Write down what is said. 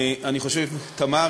תמר,